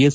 S